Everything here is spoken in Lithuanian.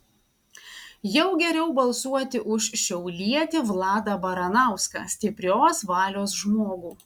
jau geriau balsuoti už šiaulietį vladą baranauską stiprios valios žmogų